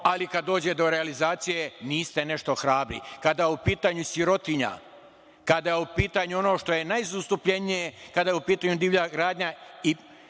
ali kad dođe do realizacije niste nešto hrabri. Kada je u pitanju sirotinja, kada je u pitanju ono što je najzastupljenije, kada je u pitanju divlja gradnja i